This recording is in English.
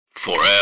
Forever